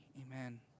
Amen